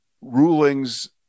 rulings